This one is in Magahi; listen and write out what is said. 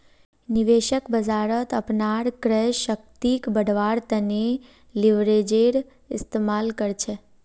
निवेशक बाजारत अपनार क्रय शक्तिक बढ़व्वार तने लीवरेजेर इस्तमाल कर छेक